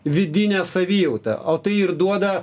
vidinę savijautą o tai ir duoda